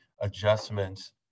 adjustments